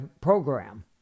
program